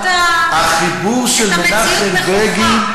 לראות את המציאות נכוחה.